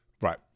right